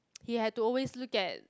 he had to always look at